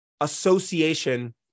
association